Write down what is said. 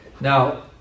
Now